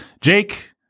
Jake